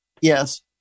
Yes